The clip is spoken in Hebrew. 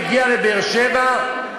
מגיע לבאר-שבע,